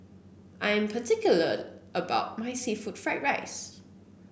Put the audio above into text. I am particular about my seafood Fried Rice